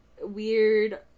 weird